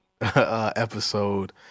episode